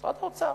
משרד האוצר.